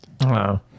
Wow